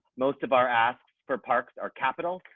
most of our asks for parks or capital,